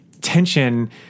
tension